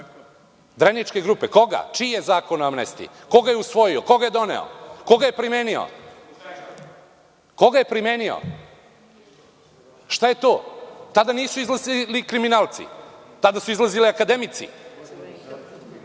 Dreničke grupe, koga? Čiji je Zakon o amnestiji? Ko ga je usvojio? Ko ga je doneo? Ko ga je primenio? Šta je to? Tada nisu izlazili kriminalci, tada su izlazili akademici.